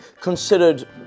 considered